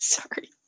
Sorry